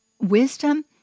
wisdom